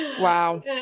Wow